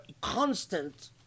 constant